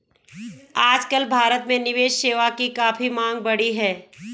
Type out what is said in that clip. आजकल भारत में निवेश सेवा की काफी मांग बढ़ी है